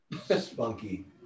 spunky